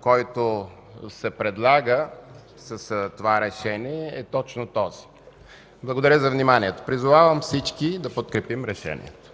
който се предлага с това решение, е точно този. Благодаря за вниманието. Призовавам всички да подкрепим движението.